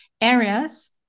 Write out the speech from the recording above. areas